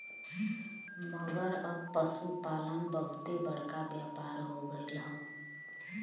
मगर अब पसुपालन बहुते बड़का व्यापार हो गएल हौ